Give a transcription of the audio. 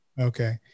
okay